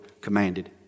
commanded